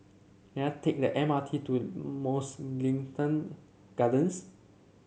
can I take the M R T to Mugliston Gardens